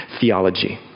theology